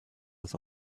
das